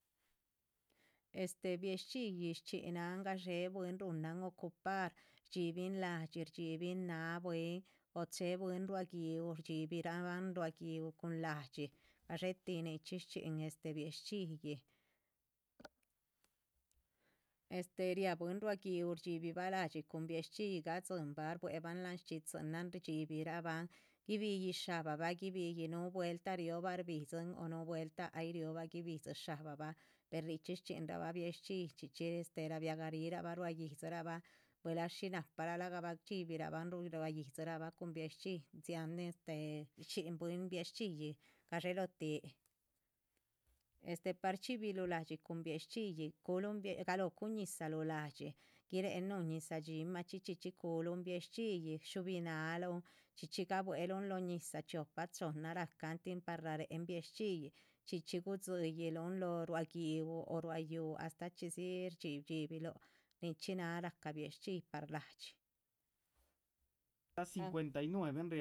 Este biexchi'i xchina'an, gashe bwin runan ocupar, dxibin ladxi dxibin na'a bwin o che bwin ruagui'u dxibiraban ruagui'u cun ladxhi, gasheti nichi xchin este biexchi'i, este ria'a bwin ruagui'u dxibiva ladxhi cun biexchi'i gadxintaba rbueban lan dxhidxinan dxibiraban, guibiyi'i shababa guibiyi'i, nu vuelta rioba dxhibxin, o nu vuelta hay rioba guibidxhi sababa per richi dxinraba biexchi'i chichi riabiagarariraba ruaidxhiraba vuela shi naparaba dxhibiraban run ruaidxhiraba cun biexchi'i este dxhin bwin biexchi'i gasheloti este par chibilu ladxhi cun biexchi'i, galo cuñizalu ladxhi guire'e nun ñiza dximachi dxichi culun biexchi'i shubunalun, dxichi gabuelun lo ñiza dxhiopa chona racan tin par rare'en biexchi'i dxhichi gudxhilun lo ruagui'u o ruayu'u hastachixi dxibilu nichi na'a raca biexchi'i par ladxhi.